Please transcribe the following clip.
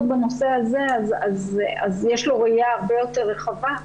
בנושא הזה יש לו ראייה הרבה יותר רחבה.